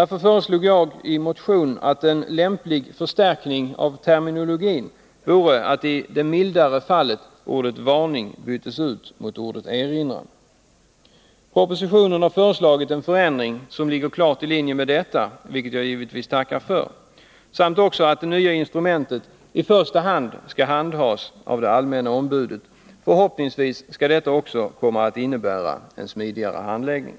anledningen föreslår jag i en av motionerna att en lämplig förstärkning av terminologin vore att i det mildare fallet ordet varning byttes ut mot ordet erinran. I propositionen föreslås en ändring som ligger klart i linje med detta — vilket jag givetvis är tacksam för — och vidare att det nya instrumentet i första hand skall handhas av det allmänna ombudet. Förhoppningsvis kommer detta också att innebära en smidigare handläggning.